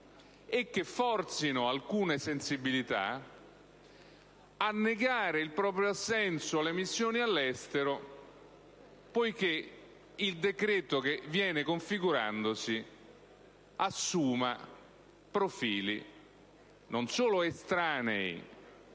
e che forzano alcune sensibilità - a negare il proprio assenso alle missioni all'estero, poiché il decreto che viene configurandosi non solo assume profili estranei